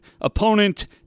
opponent